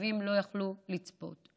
ושהחייבים לא יכלו לצפות.